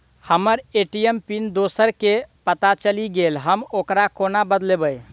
हम्मर ATM pin दोसर केँ पत्ता चलि गेलै, हम ओकरा कोना बदलबै?